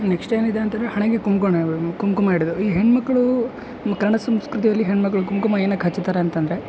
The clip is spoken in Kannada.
ನೆಕ್ಸ್ಟ್ ಏನಿದೆ ಅಂತಾರೆ ಹಣೆಗೆ ಕುಂಕುಮ ಕುಂಕುಮ ಇಡೋದು ಈ ಹೆಣ್ಮಕ್ಳು ನಮ್ಮ ಕನ್ನಡ ಸಂಸ್ಕೃತಿಯಲ್ಲಿ ಹೆಣ್ಮಕ್ಳು ಕುಂಕುಮ ಏನಕ್ಕೆ ಹಚ್ತಾರೆ ಅಂತಂದ್ರೆ